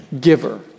giver